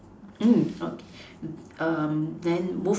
mm okay then move